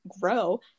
grow